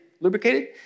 lubricated